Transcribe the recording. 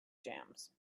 jams